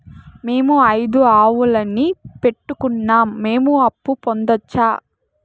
మేము ఐదు ఆవులని పెట్టుకున్నాం, మేము అప్పు పొందొచ్చా